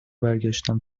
برگشتم